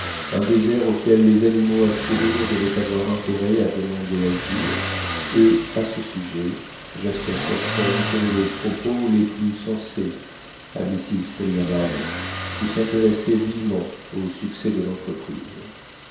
un désert auquel les animaux à fourrure devaient avoir intérêt à demander asile et à ce sujet jasper hobson tenait les propos les plus sensés à mrs paulina barnett qui s'intéressait vivement au succès de l'entreprise